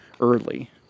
early